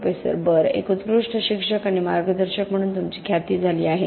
professor बरं एक उत्कृष्ट शिक्षक आणि मार्गदर्शक म्हणून तुमची ख्याती झाली आहे